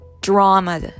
drama